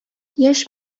яшь